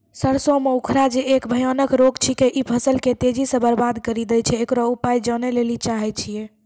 सरसों मे उखरा जे एक भयानक रोग छिकै, इ फसल के तेजी से बर्बाद करि दैय छैय, इकरो उपाय जाने लेली चाहेय छैय?